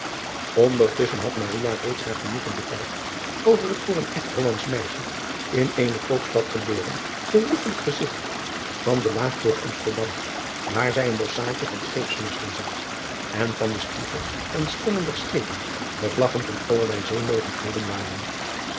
ndertusschen had reeds haar genoegen betuigd over het voor een echt ollandsch meisje in eene koopstad geboren verrukkelijk gezigt van de aag voor msterdam waar zij een boschaadje van scheepsmasten zag en van de spiegels en stengen der schepen de vlaggen van allerlei eemogendheden waaijen